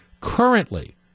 Currently